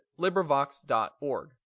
LibriVox.org